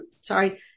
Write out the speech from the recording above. sorry